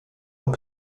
und